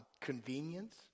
convenience